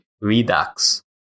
Redux